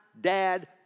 dad